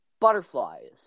butterflies